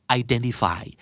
identify